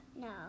No